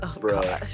bro